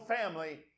family